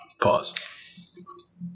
Pause